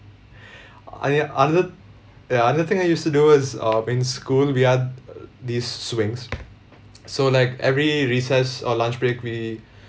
ah ya another ya another thing I used to do was uh in school we had uh these swings so like every recess or lunch break we